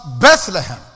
Bethlehem